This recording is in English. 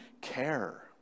care